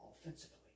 offensively